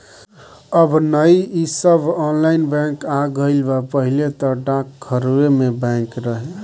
अब नअ इ सब ऑनलाइन बैंक आ गईल बा पहिले तअ डाकघरवे में बैंक रहे